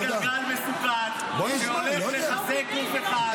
אבל זה גלגל מסוכן שהולך לחזק גוף אחד ולהשמיד גוף אחר.